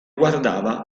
guardava